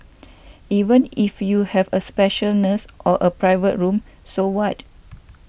even if you have a special nurse or a private room so what